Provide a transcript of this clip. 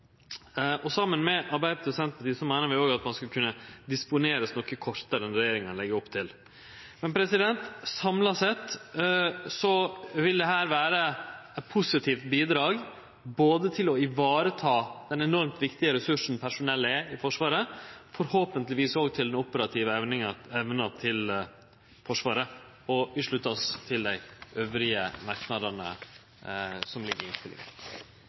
Saman med Arbeidarpartiet og Senterpartiet meiner vi òg at ein skulle kunne disponerast noko kortare enn det regjeringa legg opp til. Samla sett vil dette vere eit positivt bidrag både til å vareta den enormt viktige ressursen personellet i Forsvaret er, og, forhåpentleg, til den operative evna til Forsvaret, og vi sluttar oss til dei andre merknadene som ligg i innstillinga.